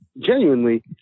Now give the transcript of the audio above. genuinely